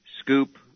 scoop